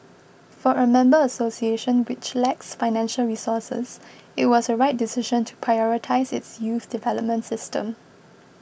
for a member association which lacks financial resources it was a right decision to prioritise its youth development system